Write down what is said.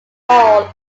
all